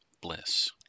bliss